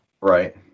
Right